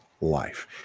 life